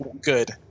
good